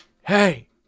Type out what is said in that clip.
hey